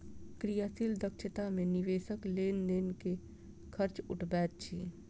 क्रियाशील दक्षता मे निवेशक लेन देन के खर्च उठबैत अछि